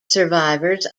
survivors